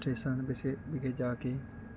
station ਵਿਸੇ ਵਿਖੇ ਜਾ ਕੇ